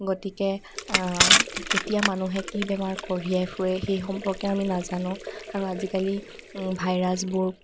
গতিকে কেতিয়া মানুহে কি বেমাৰ কঢ়িয়াই ফুৰে সেই সম্পৰ্কে আমি নাজানো আৰু আজিকালি ভাইৰাছবোৰ